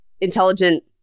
intelligent